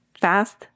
fast